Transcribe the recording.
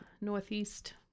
northeast